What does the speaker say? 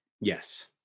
Yes